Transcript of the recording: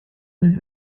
with